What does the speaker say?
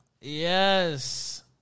Yes